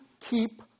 keep